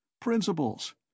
Principles